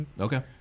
Okay